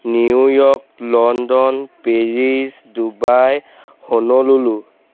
New York London Paris Dubai Honolulu